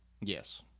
Yes